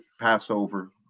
passover